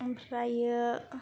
ओमफ्रायो